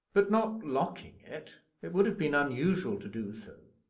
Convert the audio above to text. but not locking it. it would have been unusual to do so.